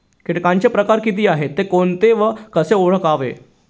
किटकांचे प्रकार किती आहेत, ते कोणते व कसे ओळखावे?